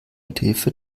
mithilfe